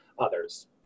Others